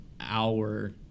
hour